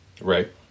Right